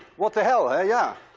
what the hell, ah yeah.